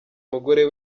umugore